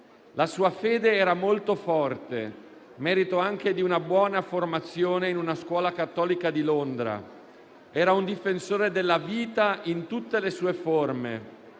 «La sua fede era molto forte, merito anche di una buona formazione in una scuola cattolica di Londra dove ho studiato anche io. Era un difensore della vita in tutte le sue forme.